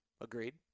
Agreed